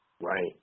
Right